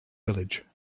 village